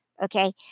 Okay